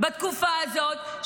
בתקופה הזאת,